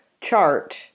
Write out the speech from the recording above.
chart